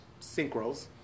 synchros